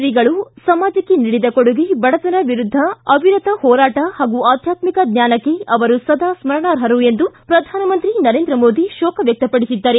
ಶ್ರೀಗಳು ಸಮಾಜಕ್ಕೆ ನೀಡಿದ ಕೊಡುಗೆ ಬಡತನದ ವಿರುದ್ದ ಅವಿರತ ಹೋರಾಟ ಪಾಗೂ ಆಧ್ಯಾತ್ಮಿಕ ಜ್ವಾನಕ್ಕೆ ಅವರು ಸದಾ ಸ್ನರಣಾರ್ಹರು ಎಂದು ಪ್ರಧಾನಮಂತ್ರಿ ನರೇಂದ್ರ ಮೋದಿ ಶೋಕ ವ್ಯಕ್ತಪಡಿಸಿದ್ದಾರೆ